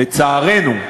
לצערנו.